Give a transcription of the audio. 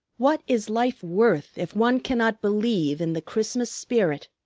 what is life worth if one cannot believe in the christmas spirit?